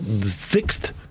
sixth